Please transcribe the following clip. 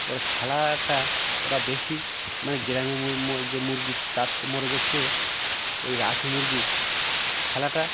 ওর খেলাটা ওরা বেশি মানে গ্রামের যে মুরগি তার মোরগের চেয়ে ওই রাঁচি মুরগির খেলাটা